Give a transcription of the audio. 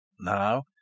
Now